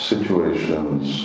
Situations